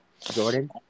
Jordan